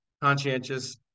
conscientious